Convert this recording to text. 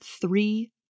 three